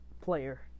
player